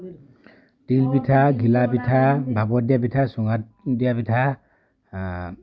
তিলপিঠা ঘিলাপিঠা ভাপত দিয়া পিঠা চুঙাত দিয়া পিঠা